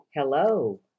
Hello